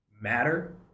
matter